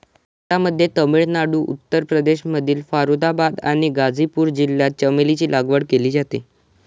भारतामध्ये तामिळनाडू, उत्तर प्रदेशमधील फारुखाबाद आणि गाझीपूर जिल्ह्यात चमेलीची लागवड केली जाते